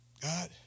God